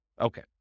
Okay